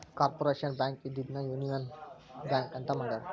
corporation bank ಇದ್ದಿದ್ದನ್ನ union bank ಅಂತ ಮಾಡ್ಯಾರ